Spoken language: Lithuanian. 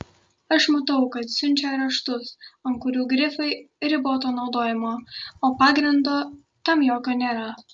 aš matau kad siunčia raštus ant kurių grifai riboto naudojimo o pagrindo tam jokio nėra